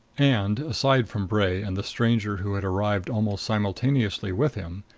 and, aside from bray and the stranger who had arrived almost simultaneously with him,